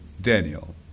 Daniel